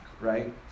Right